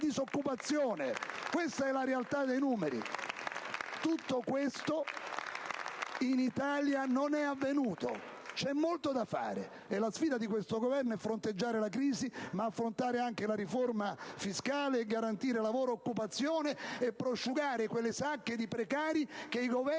Questa è la realtà dei numeri. Tutto questo in Italia non è avvenuto. C'è molto da fare, e la sfida di questo Governo è fronteggiare la crisi, ma affrontare anche la riforma fiscale, garantire lavoro e occupazione, prosciugare quelle sacche di precari che i Governi